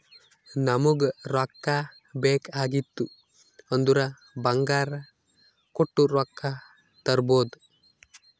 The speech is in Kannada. ನಮುಗ್ ರೊಕ್ಕಾ ಬೇಕ್ ಆಗಿತ್ತು ಅಂದುರ್ ಬಂಗಾರ್ ಕೊಟ್ಟು ರೊಕ್ಕಾ ತರ್ಬೋದ್